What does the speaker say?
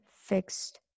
fixed